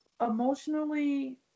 emotionally